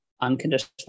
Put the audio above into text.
unconditional